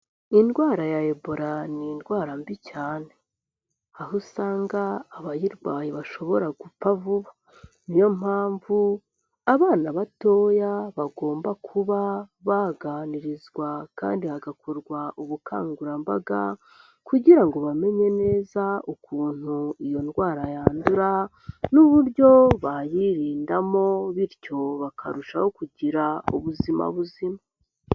Indwara ya Ebola ni indwara mbi cyane, aho usanga abayirwaye bashobora gupfa vuba, niyo mpamvu abana batoya bagomba kuba baganirizwa kandi hagakorwa ubukangurambaga, kugira ngo bamenye neza ukuntu iyo ndwara yandura n'uburyo bayirindamo, bityo bakarushaho kugira ubuzima buzima.